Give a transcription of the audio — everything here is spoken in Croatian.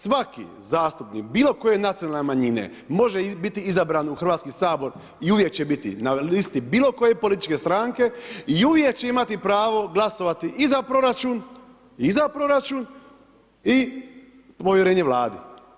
Svaki zastupnik bilo koje nacionalne manjine može biti izabran u Hrvatski sabor i uvijek će biti na listi bilo koje političke stranke i uvijek će imati pravo glasovati i za proračun i povjerenje Vladi.